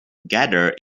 gather